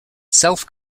self